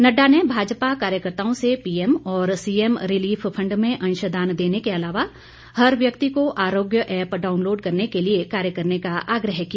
नड्डा ने भाजपा कार्यकर्ताओं से पीएम और सीएम रिलिफ फंड में अंशदान देने के अलावा हर व्यक्ति को आरोग्य ऐप्प डाउनलोड करने के लिए कार्य करने का आग्रह किया